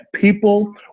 people